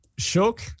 Shook